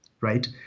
right